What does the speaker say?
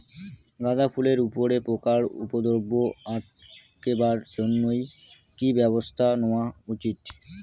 গাঁদা ফুলের উপরে পোকার উপদ্রব আটকেবার জইন্যে কি ব্যবস্থা নেওয়া উচিৎ?